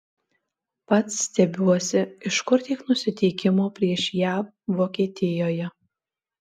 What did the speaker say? pats stebiuosi iš kur tiek nusiteikimo prieš jav vokietijoje